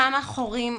כמה חורים,